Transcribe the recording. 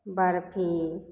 barfi